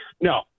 No